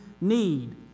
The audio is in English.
need